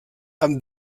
amb